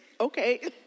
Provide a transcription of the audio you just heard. Okay